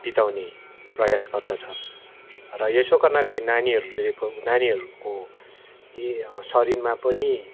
बिताउने प्रयास गर्दछ र यसो गर्नाले नानीहरूले नानीहरूको ए शरीरमा पनि